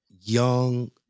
young